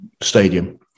stadium